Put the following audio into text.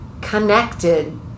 connected